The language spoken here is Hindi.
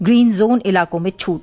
ग्रीन जोन इलाकों में छूट